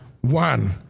one